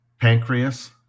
pancreas